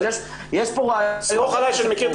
אבל יש פה --- סמוך עליי שאני מכיר את